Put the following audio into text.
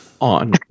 on